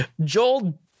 Joel